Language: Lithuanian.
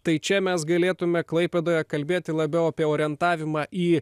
tai čia mes galėtume klaipėdoje kalbėti labiau apie orientavimą į